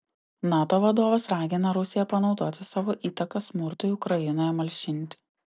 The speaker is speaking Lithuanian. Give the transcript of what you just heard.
nato vadovas ragina rusiją panaudoti savo įtaką smurtui ukrainoje malšinti